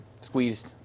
squeezed